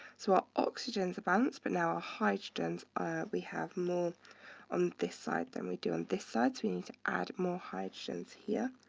so our oxygens advance, but now ah hydrogens ah we have more on this side than we do on this side. so we need to add more hydrogens here.